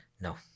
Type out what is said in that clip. No